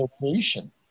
location